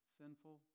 sinful